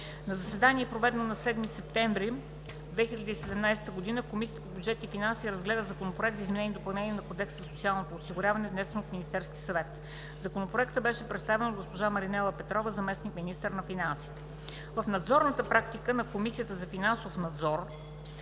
На заседание, проведено на 7 септември 2017 г., Комисията по бюджет и финанси разгледа Законопроект за изменение и допълнение на Кодекса за социално осигуряване, внесен от Министерския съвет. Законопроектът беше представен от госпожа Маринела Петрова – заместник-министър на финансите. В надзорната практика на Комисията за финансов надзор